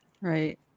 Right